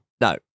no